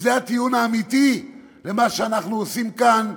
שזה הטיעון האמיתי למה שאנחנו עושים כאן,